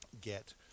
get